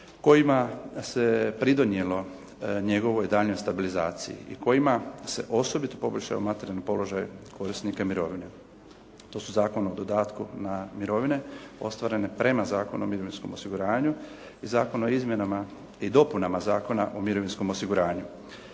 kojima se pridonijelo njegovoj daljnjoj stabilizaciji i kojima se osobito poboljšao materijalni položaj korisnika mirovina. To su Zakon o dodatku na mirovine ostvarene prema Zakonu o mirovinskom osiguranju i Zakon o izmjenama i dopunama Zakona o mirovinskom osiguranju: